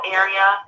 area